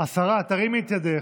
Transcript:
השרה, הרימי את ידך.